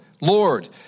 Lord